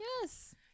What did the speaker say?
Yes